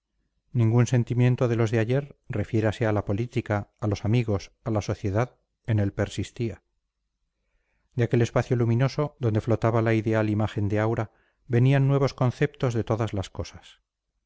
ningún sentimiento de los de ayer refiérase a la política a los amigos a la sociedad en él persistía de aquel espacio luminoso donde flotaba la ideal imagen de aura venían nuevos conceptos de todas las cosas